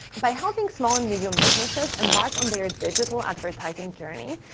by helping small and medium businesses embark on their digital advertising journey,